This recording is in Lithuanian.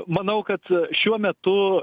manau kad šiuo metu